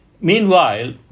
Meanwhile